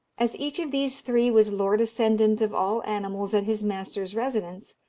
as each of these three was lord-ascendant of all animals at his master's residence,